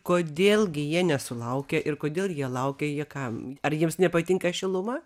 kodėl gi jie nesulaukia ir kodėl jie laukia jie ką ar jiems nepatinka šiluma